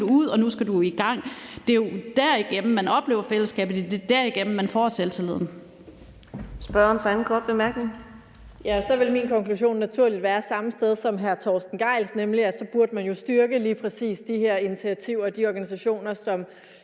og nu skal du i gang. Det er jo derigennem, man oplever fællesskabet; det er derigennem, man får selvtilliden.